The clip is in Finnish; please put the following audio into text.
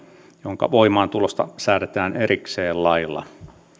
jonka voimaantulosta säädetään erikseen lailla